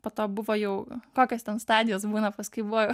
po to buvo jau kokios ten stadijos būna paskui buvo